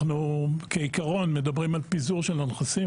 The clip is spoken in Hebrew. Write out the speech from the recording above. אנחנו כעיקרון מדברים על פיזור של הנכסים,